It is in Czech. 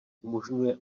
umožňuje